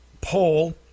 poll